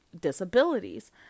disabilities